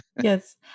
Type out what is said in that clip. Yes